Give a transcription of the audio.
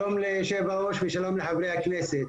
שלום ליושב-הראש ושלום לחברי הכנסת.